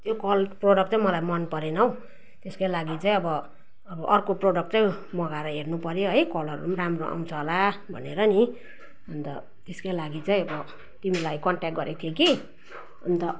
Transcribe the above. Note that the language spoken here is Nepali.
यो कल प्रडक्ट चाहिँ मलाई मन परेन त्यसकै लागि चाहिँ अब अब अर्को प्रडक्ट चाहिँ मगाएर हेर्नु पऱ्यो है कलरहरू राम्रो आउँछ होला भनेर नि अन्त त्यसकै लागि चाहिँ तिमीलाई कन्ट्याक्ट गरेको थिएँ कि अन्त